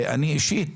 ואני אישית,